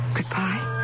Goodbye